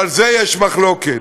על זה יש מחלוקת.